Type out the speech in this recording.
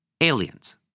aliens